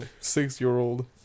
six-year-old